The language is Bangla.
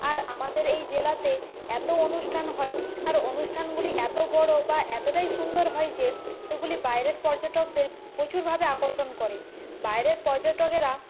আর আমাদের এই জেলাতেই এত অনুষ্ঠান হয় আর অনুষ্ঠানগুলি এত বড়ো বা এতটাই সুন্দর হয় যে এগুলি বাইরের পর্যটকদের প্রচুরভাবে আকর্ষণ করে বাইরের পর্যটকেরা